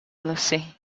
lucy